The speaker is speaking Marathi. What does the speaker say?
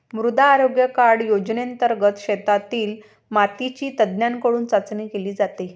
मृदा आरोग्य कार्ड योजनेंतर्गत शेतातील मातीची तज्ज्ञांकडून चाचणी केली जाते